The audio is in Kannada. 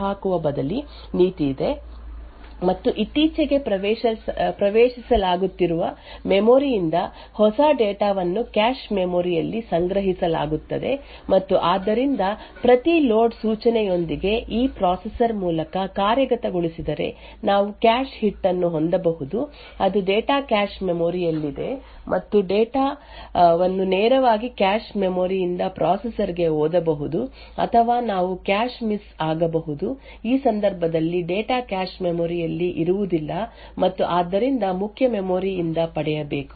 ಆದ್ದರಿಂದ ಕ್ಯಾಶ್ ಮೆಮೊರಿ ಯು ಮುಖ್ಯ ಮೆಮೊರಿ ಯ ಸಣ್ಣ ಉಪವಿಭಾಗವನ್ನು ಸಂಗ್ರಹಿಸುತ್ತದೆ ಮತ್ತು ಸಂಗ್ರಹದಿಂದ ಡೇಟಾ ವನ್ನು ಹೊರಹಾಕುವ ಬದಲಿ ನೀತಿ ಇದೆ ಮತ್ತು ಇತ್ತೀಚೆಗೆ ಪ್ರವೇಶಿಸಲಾಗುತ್ತಿರುವ ಮೆಮೊರಿ ಯಿಂದ ಹೊಸ ಡೇಟಾ ವನ್ನು ಕ್ಯಾಶ್ ಮೆಮೊರಿ ಯಲ್ಲಿ ಸಂಗ್ರಹಿಸಲಾಗುತ್ತದೆ ಮತ್ತು ಆದ್ದರಿಂದ ಪ್ರತಿ ಲೋಡ್ ಸೂಚನೆಯೊಂದಿಗೆ ಈ ಪ್ರೊಸೆಸರ್ ಮೂಲಕ ಕಾರ್ಯಗತಗೊಳಿಸಿದರೆ ನಾವು ಕ್ಯಾಶ್ ಹಿಟ್ ಅನ್ನು ಹೊಂದಬಹುದು ಅದು ಡೇಟಾ ಕ್ಯಾಶ್ ಮೆಮೊರಿ ಯಲ್ಲಿದೆ ಮತ್ತು ಡೇಟಾ ವನ್ನು ನೇರವಾಗಿ ಕ್ಯಾಶ್ ಮೆಮೊರಿ ಯಿಂದ ಪ್ರೊಸೆಸರ್ ಗೆ ಓದಬಹುದು ಅಥವಾ ನಾವು ಕ್ಯಾಶ್ ಮಿಸ್ ಆಗಬಹುದು ಈ ಸಂದರ್ಭದಲ್ಲಿ ಡೇಟಾ ಕ್ಯಾಶ್ ಮೆಮೊರಿ ಯಲ್ಲಿ ಇರುವುದಿಲ್ಲ ಮತ್ತು ಆದ್ದರಿಂದ ಮುಖ್ಯ ಮೆಮೊರಿ ಯಿಂದ ಪಡೆಯಬೇಕು